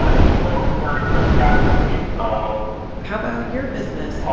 ah it's grown very, very rapidly um how about your business?